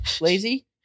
Lazy